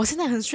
I not stress eh